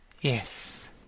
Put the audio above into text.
Yes